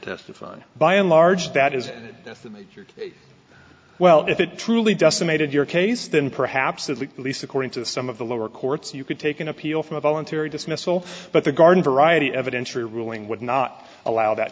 testify on by and large that is well if it truly decimated your case then perhaps at least according to some of the lower courts you could take an appeal from a voluntary dismissal but the garden variety evidentially ruling would not allow that